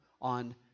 on